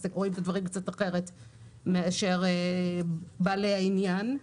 רואים את הדברים קצת אחרת מבעלי העניין.